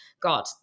god